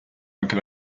anche